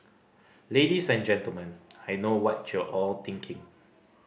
ladies and Gentlemen I know what you're all thinking